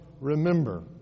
remember